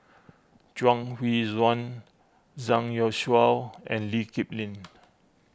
Chuang Hui Tsuan Zhang Youshuo and Lee Kip Lin